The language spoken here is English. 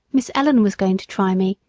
miss ellen was going to try me,